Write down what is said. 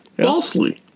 falsely